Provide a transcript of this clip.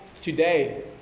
today